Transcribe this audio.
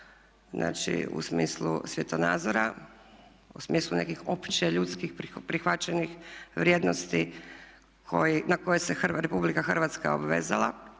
znači u smislu svjetonazora, u smislu nekih opće ljudskih prihvaćenih vrijednosti na koje se Republika Hrvatska obvezala,